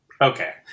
Okay